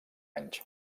anys